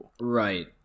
right